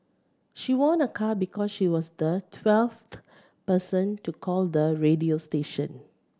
she won a car because she was the twelfth person to call the radio station